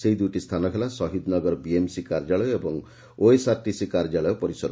ସେହି ଦୁଇଟି ସ୍ରାନ ହେଲା ଶହୀଦ୍ ନଗର ବିଏମ୍ସି କାର୍ଯ୍ୟାଳୟ ଏବଂ ଓଏସ୍ଆର୍ଟିସି କାର୍ଯ୍ୟାଳୟ ପରିସର